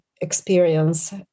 experience